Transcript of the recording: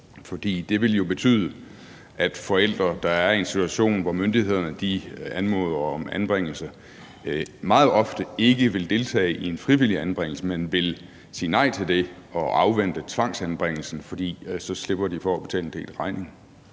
det vil jo betyde, at forældre, der er i en situation, hvor myndighederne anmoder om anbringelse, meget ofte ikke vil deltage i en frivillig anbringelse, men vil sige nej til det og afvente tvangsanbringelsen, fordi de så slipper for at betale en del af regningen.